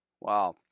Wow